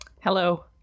Hello